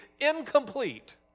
incomplete